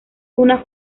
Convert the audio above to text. una